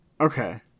Okay